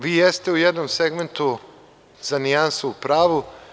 Vi jeste u jednom segmentu za nijansu u pravu.